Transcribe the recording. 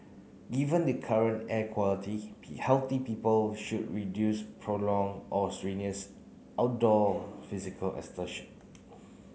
given the current air quality healthy people should reduce prolonged or strenuous outdoor physical exertion